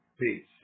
peace